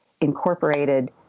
incorporated